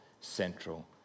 central